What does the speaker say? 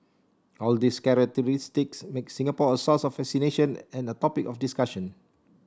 all these characteristics make Singapore a source of fascination and a topic of discussion